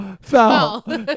Foul